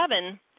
seven